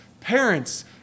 Parents